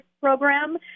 Program